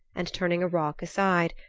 and, turning a rock aside,